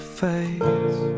fades